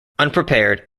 unprepared